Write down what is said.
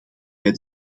bij